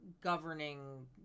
governing